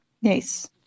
Yes